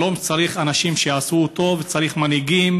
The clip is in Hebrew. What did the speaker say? שלום צריך אנשים שיעשו אותו, וצריך מנהיגים